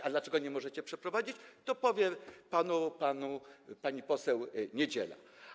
A dlaczego nie możecie przeprowadzić, to powie panu pani poseł Niedziela.